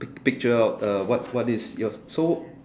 picture out uh what what is yours so